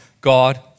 God